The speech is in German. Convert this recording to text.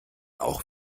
auch